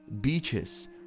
beaches